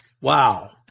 wow